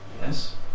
Yes